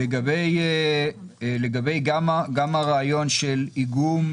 לגבי הרעיון של איגום